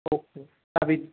okay అది